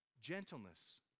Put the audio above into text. gentleness